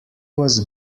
was